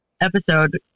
episode